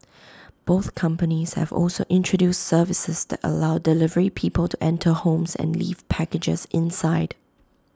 both companies have also introduced services that allow delivery people to enter homes and leave packages inside